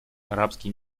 арабский